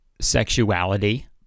sexuality